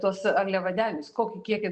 tuos angliavandenius kokį kiekį